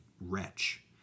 wretch